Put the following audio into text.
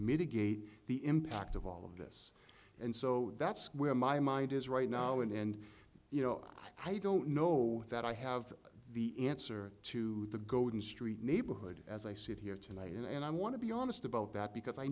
mitigate the impact of all of this and so that's where my mind is right now and you know i don't know that i have the answer to the golden street neighborhood as i sit here tonight and i want to be honest about that because i